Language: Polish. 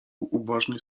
uważnie